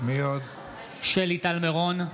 שלי טל מירון,